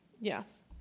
Yes